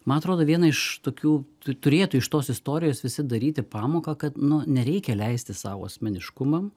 man atrodo viena iš tokių tu turėtų iš tos istorijos visi daryti pamoką kad nu nereikia leisti sau asmeniškumam